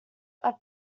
are